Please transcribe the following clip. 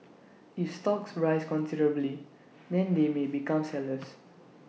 if stocks rise considerably then they may become sellers